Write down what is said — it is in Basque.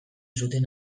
zuten